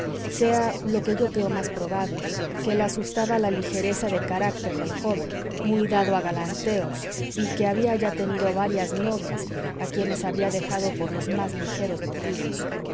sea lo que yo creo más probable que la asustaba la ligereza de carácter del joven muy dado a galanteos y que había ya tenido varias novias a quienes había dejado por los más ligeros motivos